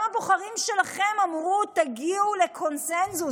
גם הבוחרים שלכם אמרו: תגיעו לקונסנזוס.